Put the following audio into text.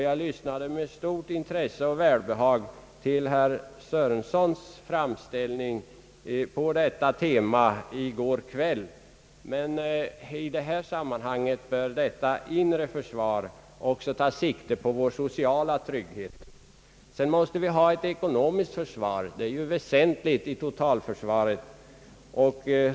Jag lyssnade med stort intresse och välbehag till herr Sörensons framställning på detta tema i går kväll. Detta inre försvar bör emellertid i detta sammanhang också ta sikte på vår sociala trygghet. Vi måste vidare ha ett ekonomiskt försvar, vilket är en väsentlig fråga i totalförsvaret.